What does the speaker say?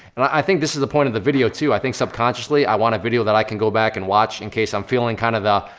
and i think this is the point of the video, too, i think, subconsciously, i want a video that i can go back and watch, in case i'm feeling kind of the,